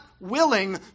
willing